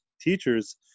teachers